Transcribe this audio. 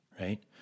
right